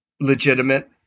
legitimate